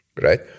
right